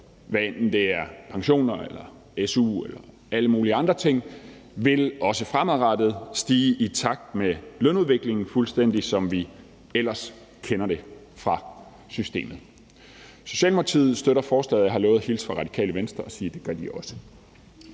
hvad enten det er pensioner eller su eller alle mulige andre ting, vil også fremadrettet stige i takt med lønudviklingen, fuldstændig som vi ellers kender det fra systemet. Socialdemokratiet støtter forslaget, og jeg har lovet at hilse fra Radikale Venstre og sige, at det gør de også.